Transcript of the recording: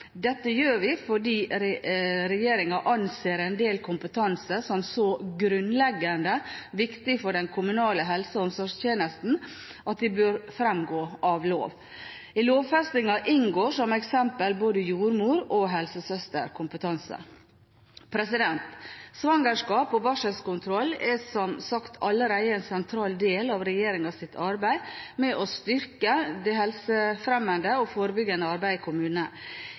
Dette gjør vi fordi regjeringen anser en del kompetanse som så grunnleggende viktig for den kommunale helse- og omsorgstjenesten at de bør fremgå av lov. I lovfestingen inngår som eksempel både jordmor- og helsesøsterkompetanse. Satsingen på svangerskaps- og barselkontroll er som sagt allerede en sentral del av regjeringens arbeid med å styrke det helsefremmende og forebyggende arbeidet i kommunene.